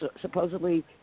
supposedly